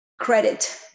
credit